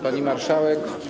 Pani Marszałek!